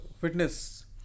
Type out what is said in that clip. fitness